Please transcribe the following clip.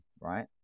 right